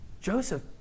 Joseph